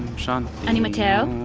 ani mateo?